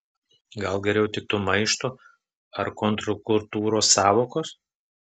gal geriau tiktų maišto ar kontrkultūros sąvokos